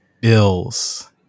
bills